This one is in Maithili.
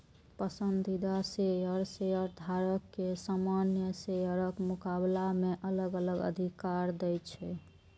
पसंदीदा शेयर शेयरधारक कें सामान्य शेयरक मुकाबला मे अलग अलग अधिकार दै छै